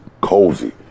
cozy